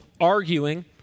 arguing